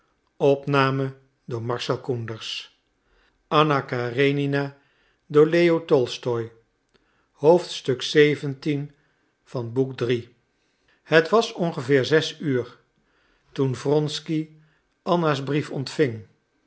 het was ongeveer zes uur toen wronsky anna's brief ontving